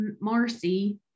Marcy